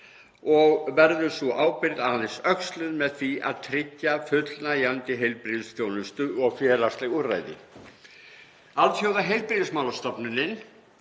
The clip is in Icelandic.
og verður sú ábyrgð aðeins öxluð með því að tryggja fullnægjandi heilbrigðisþjónustu og félagsleg úrræði. Alþjóðaheilbrigðismálastofnunin